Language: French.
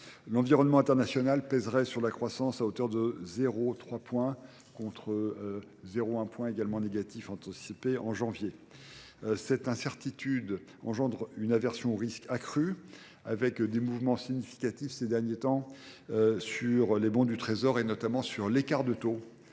l'environnement international pèserait sur la croissance à hauteur de 0,3 points contre 0,1 point également négatif anticipé en janvier. Cette incertitude engendre une aversion au risque accrue avec des mouvements significatifs ces derniers temps sur les bons du trésor et notamment sur l'écart de taux